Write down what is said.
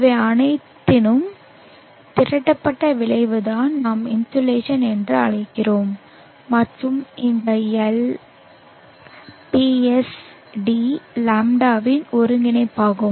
இவை அனைத்தினதும் திரட்டப்பட்ட விளைவுதான் நாம் இன்சோலேஷன் என்று அழைக்கிறோம் மற்றும் இந்த L PS d லாம்டாவின் ஒருங்கிணைப்பாகும்